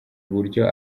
uburyo